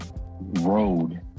road